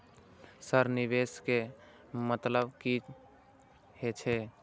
Sir निवेश के मतलब की हे छे?